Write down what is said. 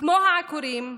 כמו העקורים,